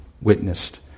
witnessed